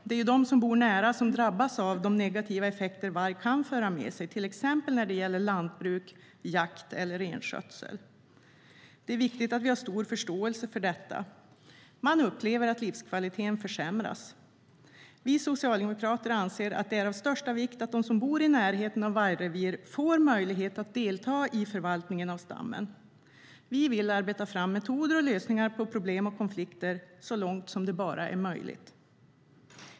Det är de som bor nära som drabbas av de negativa effekter varg kan föra med sig, till exempel när det gäller lantbruk, jakt eller renskötsel. Det är viktigt att vi har stor förståelse för detta. Man upplever att livskvaliteten försämras. Vi socialdemokrater anser att det är av största vikt att de som bor i närheten av vargrevir får möjlighet att delta i förvaltningen av stammen. Vi vill arbeta fram metoder för och lösningar på problem och konflikter så långt det bara är möjligt.